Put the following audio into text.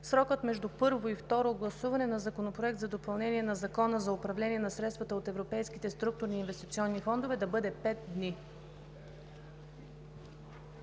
срокът между първо и второ гласуване на Законопроекта за допълнение на Закона за управление на средствата от европейските структурни и инвестиционни фондове да бъде пет дни.